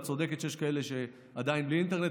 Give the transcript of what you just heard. את צודקת שיש עדיין כאלה בלי אינטרנט.